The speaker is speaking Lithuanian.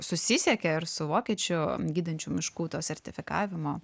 susisiekė ir su vokiečių gydančių miškų to sertifikavimo